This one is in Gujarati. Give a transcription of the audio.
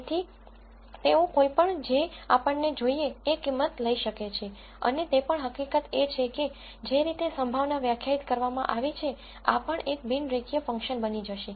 તેથી તેઓ કોઈપણ જે આપણને જોઈએ એ કિંમત લઈ શકે છે અને તે પણ હકીકત એ છે કે જે રીતે સંભાવના વ્યાખ્યાયિત કરવામાં આવી છે આ પણ એક બિન રેખીય ફંક્શન બની જશે